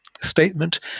statement